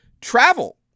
travel